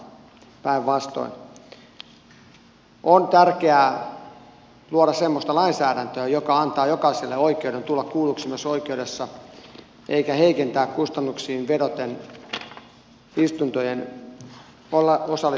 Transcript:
on tärkeää luoda semmoista lainsäädäntöä joka antaa jokaiselle oikeuden tulla kuulluksi myös oikeudessa eikä heikennä kustannuksiin vedoten istuntojen osallistumisoikeutta